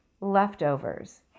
leftovers